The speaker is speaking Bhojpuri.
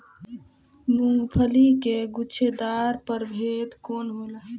मूँगफली के गुछेदार प्रभेद कौन होला?